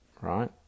right